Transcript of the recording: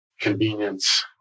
convenience